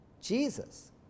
Jesus